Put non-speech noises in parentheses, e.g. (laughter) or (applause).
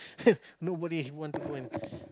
(laughs) nobody want to go and (noise)